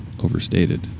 overstated